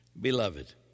Beloved